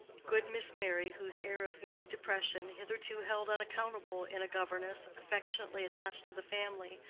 good miss merry, whose air of meek depression, hitherto held unaccountable in a governess affectionately attached to the family,